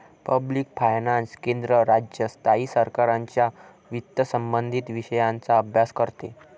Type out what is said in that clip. public finance केंद्र, राज्य, स्थायी सरकारांच्या वित्तसंबंधित विषयांचा अभ्यास करते